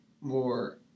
more